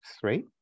Three